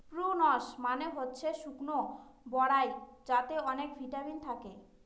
prunes মানে হচ্ছে শুকনো বরাই যাতে অনেক ভিটামিন থাকে